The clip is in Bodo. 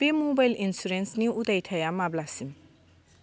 बे मबाइल इन्सुरेन्सनि उदायथाया माब्लासिम